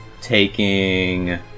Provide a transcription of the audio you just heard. taking